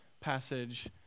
passage